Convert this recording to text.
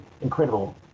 incredible